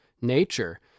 nature